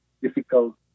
difficult